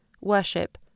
worship